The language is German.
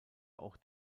auch